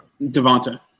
Devonta